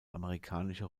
amerikanische